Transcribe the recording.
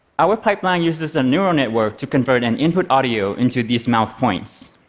our pipeline uses a neural network to convert and input audio into these mouth points.